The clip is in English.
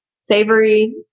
savory